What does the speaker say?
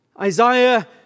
Isaiah